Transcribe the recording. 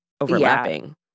overlapping